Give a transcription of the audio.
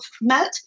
met